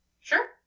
Sure